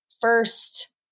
first